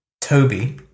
Toby